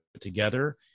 together